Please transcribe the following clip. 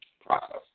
process